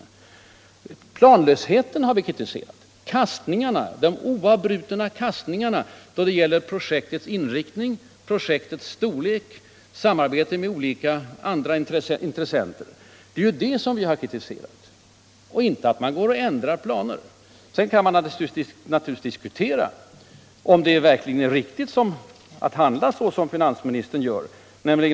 Det är planlösheten vi har kritiserat och de oavbrutna kastningarna då det gäller projektets inriktning och storlek och sambandet med andra intressenter. Det är det som vi har kritiserat och inte att planerna ändras. Sedan kan man naturligtvis diskutera om regeringen verkligen handlat planmässigt eller inte.